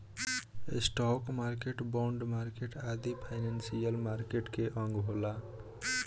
stock market, bond market आदि financial market के अंग होला